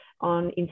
on